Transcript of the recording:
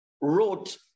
wrote